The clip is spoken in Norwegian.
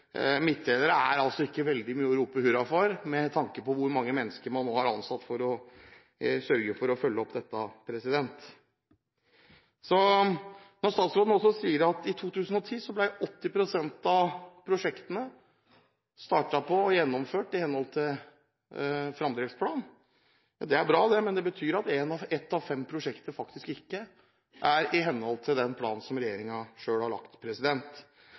ikke veldig mye å rope hurra for med tanke på hvor mange mennesker man nå har ansatt for å følge opp dette. Statsråden sier også at i 2010 ble 80 pst. av prosjektene startet og gjennomført i henhold til fremdriftsplanen. Det er bra det, men det betyr at ett av fem prosjekter faktisk ikke er i henhold til den planen som regjeringen selv har lagt.